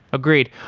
agreed.